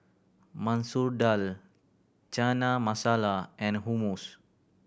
Masoor Dal Chana Masala and Hummus